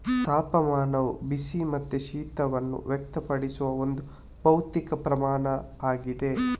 ತಾಪಮಾನವು ಬಿಸಿ ಮತ್ತೆ ಶೀತವನ್ನ ವ್ಯಕ್ತಪಡಿಸುವ ಒಂದು ಭೌತಿಕ ಪ್ರಮಾಣ ಆಗಿದೆ